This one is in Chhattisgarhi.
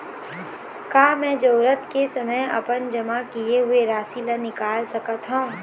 का मैं जरूरत के समय अपन जमा किए हुए राशि ला निकाल सकत हव?